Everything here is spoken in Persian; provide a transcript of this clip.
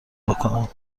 میکنم